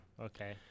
Okay